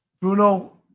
Bruno